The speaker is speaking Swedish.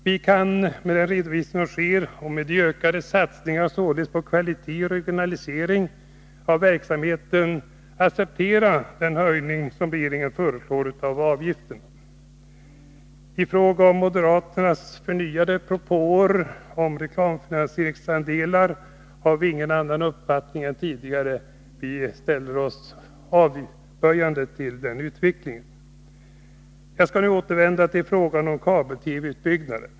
Vi kan, med den redovisning som sker och med de ökade satsningarna på kvalitet och regionalisering av verksamheten, acceptera den höjning av avgiften som regeringen föreslår. I fråga om moderaternas förnyade propåer om reklamfinansieringsandelar har vi ingen annan uppfattning än tidigare. Vi ställer oss avvisande till den utvecklingen. Jag skall nu återvända till frågan om kabel-TV-utbyggnaden.